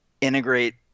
integrate